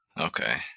Okay